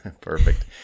perfect